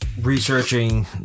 researching